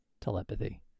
telepathy